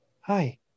Hi